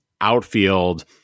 outfield